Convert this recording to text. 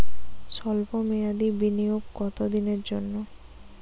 সল্প মেয়াদি বিনিয়োগ কত দিনের জন্য?